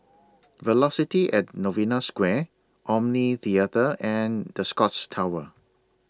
Velocity At Novena Square Omni Theatre and The Scotts Tower